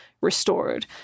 restored